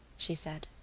she said.